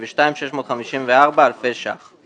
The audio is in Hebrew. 1,302,654 אלפי ש"ח.